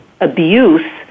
abuse